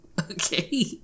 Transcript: Okay